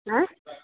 आँइ